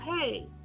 hey